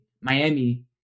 Miami